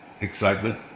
Excitement